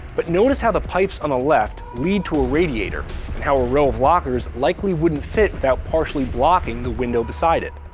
but notice how the pipes on the left lead to a radiator, and how a row of lockers likely wouldn't fit without partially blocking the window beside it.